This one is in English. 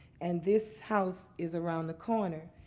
and this house is around the corner.